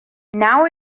now